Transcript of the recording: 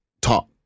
talk